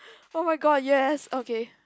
oh my god yes okay